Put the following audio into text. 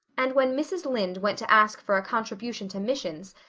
and when mrs. lynde went to ask for a contribution to missions.